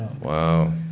Wow